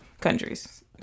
countries